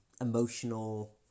emotional